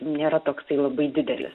nėra toksai labai didelis